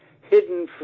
hidden